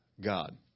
God